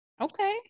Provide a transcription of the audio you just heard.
Okay